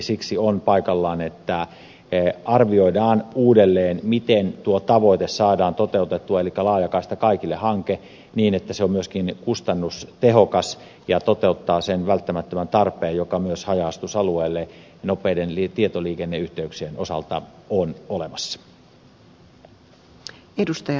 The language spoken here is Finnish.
siksi on paikallaan että arvioidaan uudelleen miten tuo tavoite elikkä laajakaista kaikille hanke saadaan toteutettua niin että se on myöskin kustannustehokas ja toteuttaa sen välttämättömän tarpeen joka myös haja asutusalueilla nopeiden tietoliikenneyhteyksien osalta on olemassa